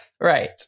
Right